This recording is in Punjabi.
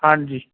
ਹਾਂਜੀ